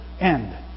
end